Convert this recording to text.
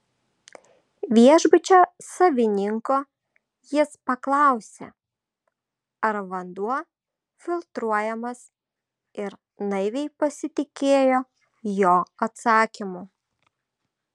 viešbučio savininko jis paklausė ar vanduo filtruojamas ir naiviai pasitikėjo jo atsakymu